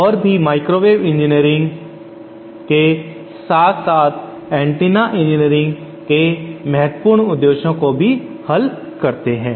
और भी microwave engineering के साथ साथ एंटीना इंजीनियरिंग के महत्वपूर्ण उद्देश्य को भी हल करते हैं